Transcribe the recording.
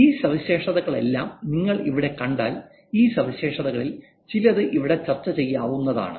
ഈ സവിശേഷതകളെല്ലാം നിങ്ങൾ ഇവിടെ കണ്ടാൽ ഈ സവിശേഷതകളിൽ ചിലത് ഇവിടെ ചർച്ച ചെയ്യാവുന്നതാണ്